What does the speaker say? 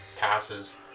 passes